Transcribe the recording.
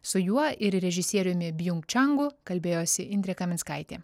su juo ir režisieriumi bjunk čengu kalbėjosi indrė kaminskaitė